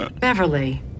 Beverly